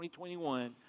2021